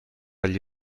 agli